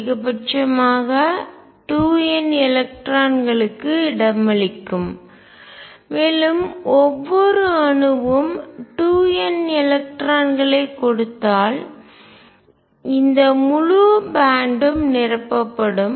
அதிகபட்சமாக 2 n எலக்ட்ரான்களுக்கு இடமளிக்கும் மேலும் ஒவ்வொரு அணுவும் 2 n எலக்ட்ரான்களைக் கொடுத்தால் இந்த முழு பேன்ட் ம்பட்டை நிரப்பப்படும்